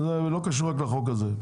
זה לא קשור רק לחוק הזה.